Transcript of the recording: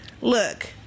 look